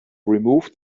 removed